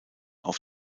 auf